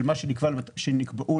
מה שנקבע לה,